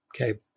Okay